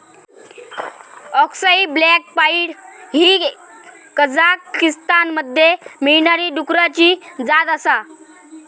अक्साई black pied ही कझाकीस्तानमध्ये मिळणारी डुकराची जात आसा